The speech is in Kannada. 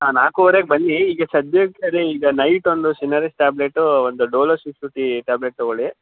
ಹಾಂ ನಾಲ್ಕೂವರೆಗೆ ಬನ್ನಿ ಈಗ ಸದ್ಯಕ್ಕೆ ಅದೇ ಈಗ ನೈಟ್ ಒಂದು ಸಿನಾರಿಸ್ಟ್ ಟ್ಯಾಬ್ಲೆಟು ಒಂದು ಡೊಲೊ ಸಿಕ್ಸ್ ಫಿಫ್ಟಿ ಟ್ಯಾಬ್ಲೆಟ್ ತೊಗೊಳ್ಳಿ